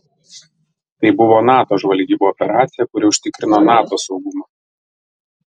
tai buvo nato žvalgybų operacija kuri užtikrino nato saugumą